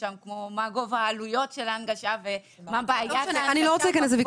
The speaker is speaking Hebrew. שם כמו מה גובה העלויות של ההנגשה ומה בעיית ההנגשה.